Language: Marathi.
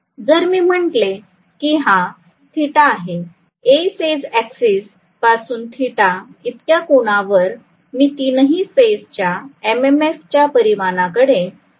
जर मी म्हटले हा θθ आहे A फेज ऍक्सिसपासून θθ इतक्या कोनावर मी तीनही फेज च्या एम एम एफ च्या परिणामाकडे पाहणार आहे